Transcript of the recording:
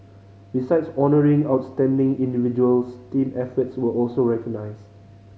besides honouring outstanding individuals team efforts were also recognised